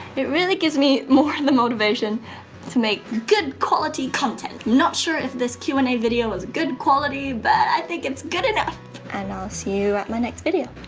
it really gives me more in the motivation to make good quality content not sure if this q and a video was a good quality but i think it's good enough and i'll see you at my next video